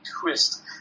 twist